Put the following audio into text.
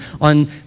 on